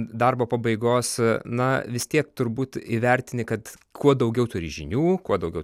darbo pabaigos na vis tiek turbūt įvertini kad kuo daugiau turi žinių kuo daugiau